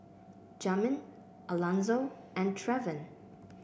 Jamin Alanzo and Trevin